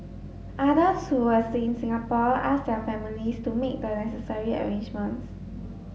others who were still in Singapore asked their families to make the necessary arrangements